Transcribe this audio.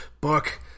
book